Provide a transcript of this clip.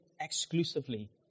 exclusively